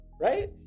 Right